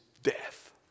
Death